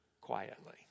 quietly